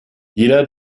jeder